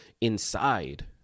inside